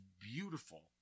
beautiful